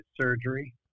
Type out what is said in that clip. surgery